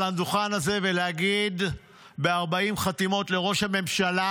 הדוכן הזה ולהגיד ב-40 חתימות לראש הממשלה,